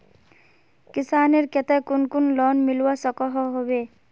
किसानेर केते कुन कुन लोन मिलवा सकोहो होबे?